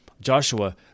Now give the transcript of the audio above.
Joshua